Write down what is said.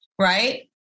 Right